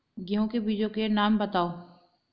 गेहूँ के बीजों के नाम बताओ?